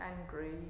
angry